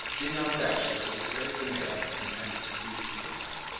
did not doubt that the display of the male was intended to please the female.